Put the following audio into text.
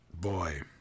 Boy